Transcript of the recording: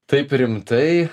taip rimtai